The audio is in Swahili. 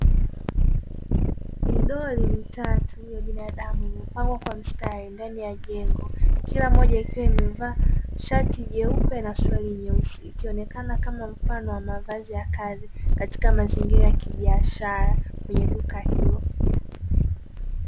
Midoli mitatu ya binadamu imepangwa kwa mstari ndani ya jengo. Kila moja ikiwa imevaa shati jeupe na suruali nyeusi, ikionekana kama mfano wa mavazi ya kazi katika mazingira ya kibiashara kwenye duka hilo.